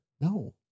No